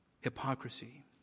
hypocrisy